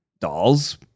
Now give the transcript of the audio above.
dolls